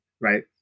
Right